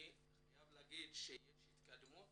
אני חייב לומר שיש התקדמות